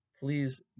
please